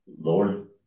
Lord